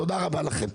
תודה רבה לכם.